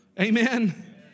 Amen